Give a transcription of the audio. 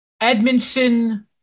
Edmondson